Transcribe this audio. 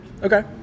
Okay